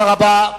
תודה רבה.